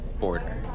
border